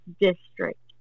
district